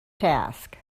task